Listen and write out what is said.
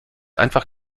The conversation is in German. einfach